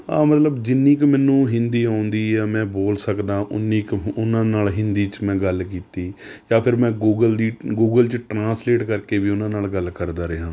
ਅ ਮਤਲਬ ਜਿੰਨੀ ਕੁ ਮੈਨੂੰ ਹਿੰਦੀ ਆਉਂਦੀ ਹੈ ਮੈਂ ਬੋਲ ਸਕਦਾ ਉੱਨੀ ਕੁ ਉਹਨਾਂ ਨਾਲ ਹਿੰਦੀ 'ਚ ਮੈਂ ਗੱਲ ਕੀਤੀ ਜਾ ਫਿਰ ਮੈਂ ਗੂਗਲ ਦੀ ਗੂਗਲ 'ਚ ਟਰਾਂਸਲੇਟ ਕਰਕੇ ਵੀ ਉਹਨਾਂ ਨਾਲ ਗੱਲ ਕਰਦਾ ਰਿਹਾ